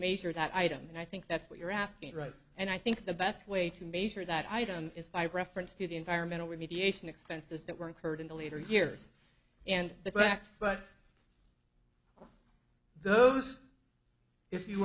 measure that item and i think that's what you're asking right and i think the best way to measure that item is five reference to the environmental remediation expenses that were incurred in the later years and the fact but those if you